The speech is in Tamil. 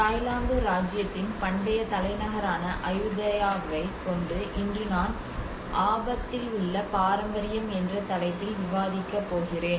தாய்லாந்து இராச்சியத்தின் பண்டைய தலைநகரான அயுதயாவைக் கொண்டு இன்று நான் ஆபத்தில் உள்ள பாரம்பரியம் என்ற தலைப்பில் விவாதிக்கப் போகிறேன்